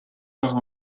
par